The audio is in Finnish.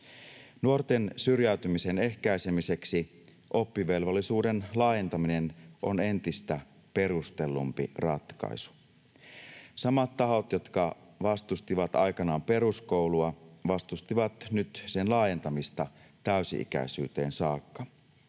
Nuorten syrjäytymisen ehkäisemiseksi oppivelvollisuuden laajentaminen on entistä perustellumpi ratkaisu. Samat tahot, jotka vastustivat aikanaan peruskoulua, vastustivat nyt sen laajentamista täysi-ikäisyyteen saakka.